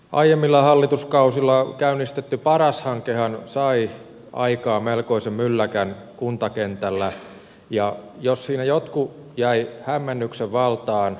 aiemmilla hallituskausilla käynnistetty paras hankehan sai aikaan melkoisen mylläkän kuntakentällä ja jos siinä joukkue jäi hämmennyksen valtaan